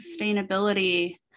sustainability